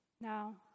Now